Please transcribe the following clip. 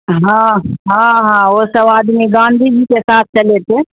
ہاں ہاں ہاں وہ سب آدمی گاندھی جی کے ساتھ چلے تھے